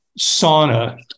sauna